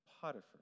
Potiphar